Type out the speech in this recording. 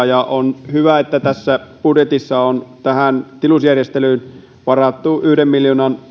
ja on hyvä että tässä budjetissa on tähän tilusjärjestelyyn varattu yhden miljoonan